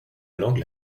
langue